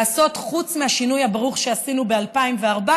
חוץ מהשינוי הברוך שעשינו ב-2014,